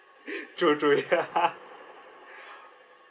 true true ya